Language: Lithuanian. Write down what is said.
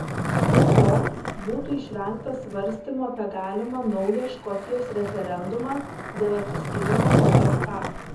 be to būtų išvengta svarstymų apie galimą naują škotijos referendumą dėl atsiskyrimo nuo jk